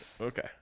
Okay